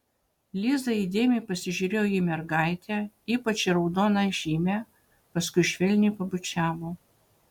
liza įdėmiai pasižiūrėjo į mergaitę ypač į raudoną žymę paskui švelniai pabučiavo